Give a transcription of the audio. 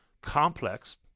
complex